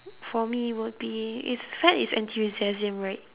for me would be is fad is enthusiasm right